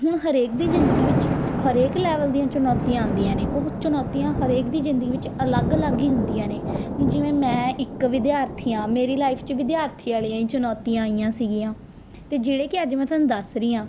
ਹੁਣ ਹਰੇਕ ਦੀ ਜ਼ਿੰਦਗੀ ਵਿੱਚ ਹਰੇਕ ਲੈਵਲ ਦੀਆਂ ਚੁਣੌਤੀਆਂ ਆਉਂਦੀਆਂ ਨੇ ਉਹ ਚੁਣੌਤੀਆਂ ਹਰੇਕ ਦੀ ਜ਼ਿੰਦਗੀ ਵਿੱਚ ਅਲੱਗ ਅਲੱਗ ਹੀ ਹੁੰਦੀਆਂ ਨੇ ਜਿਵੇਂ ਮੈਂ ਇੱਕ ਵਿਦਿਆਰਥੀ ਹਾਂ ਮੇਰੀ ਲਾਈਫ 'ਚ ਵਿਦਿਆਰਥੀ ਵਾਲੀਆਂ ਹੀ ਚੁਣੌਤੀਆਂ ਆਈਆਂ ਸੀਗੀਆਂ ਅਤੇ ਜਿਹੜੇ ਕਿ ਅੱਜ ਮੈਂ ਤੁਹਾਨੂੰ ਦੱਸ ਰਹੀ ਹਾਂ